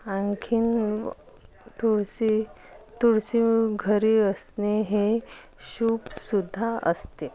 आणखीन तुळसी तुळसी घरी असणे हे शुभ सुद्धा असते